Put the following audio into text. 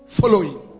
following